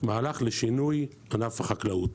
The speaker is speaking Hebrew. מהלך לשינוי ענף החקלאות.